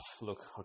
look